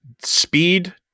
Speed